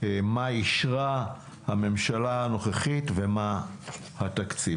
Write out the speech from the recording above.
מה אישרה הממשלה הנוכחית ומה התקציב.